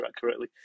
correctly